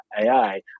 ai